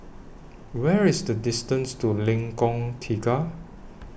What IS The distance to Lengkong Tiga